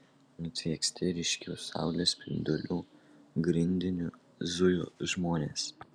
nutvieksti ryškių saulės spindulių grindiniu zujo žmonės